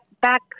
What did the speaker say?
back